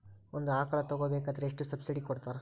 ಒಂದು ಆಕಳ ತಗೋಬೇಕಾದ್ರೆ ಎಷ್ಟು ಸಬ್ಸಿಡಿ ಕೊಡ್ತಾರ್?